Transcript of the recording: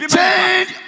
Change